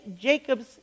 Jacob's